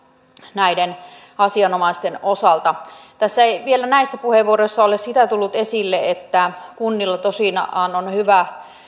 näiden asianomaisten osalta tässä ei vielä näissä puheenvuoroissa ole sitä tullut esille että kunnilla tosiaan on hyvä